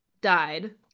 died